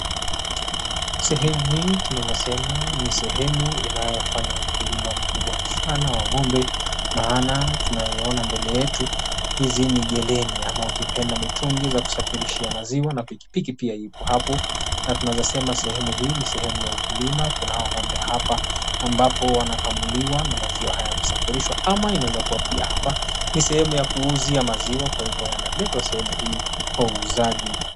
Sehemu hii tunaweza sema ni sehemu inayofanya ukulima mkubwa sana wa ng'ombe maana tunayoiona mbele yetu. Hizi ni geleni ama ukipanda mitungi za kusafirisha maziwa na pikipiki pia ipo hapo. Na tunaweza sema sehemu hii ni sehemu ya ukulima kuna hao ng'ombe hapa ambapo wanakamuliwa na maziwa hayo kusafirishwa ama inaweza kuwa pia hapa ni sehemu ya kuuzia maziwa kwa hivyo yanaletwa sehemu hii kwa uuzaji.